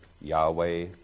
Yahweh